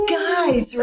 guys